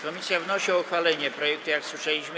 Komisja wnosi o uchwalenie projektu, jak słyszeliśmy.